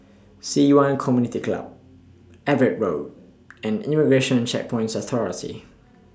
Ci Yuan Community Club Everitt Road and Immigration Checkpoints Authority